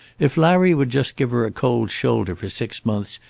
if larry would just give her a cold shoulder for six months,